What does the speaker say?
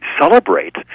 celebrate